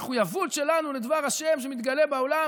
המחויבות שלנו לדבר השם שמתגלה בעולם,